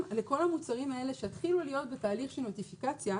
גם לכל המוצרים האלה שיתחילו להיות בתהליך של נוטיפיקציה,